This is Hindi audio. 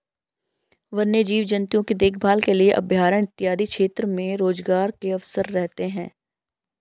वन्य जीव जंतुओं की देखभाल के लिए अभयारण्य इत्यादि के क्षेत्र में रोजगार के अवसर रहते हैं